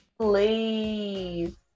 Please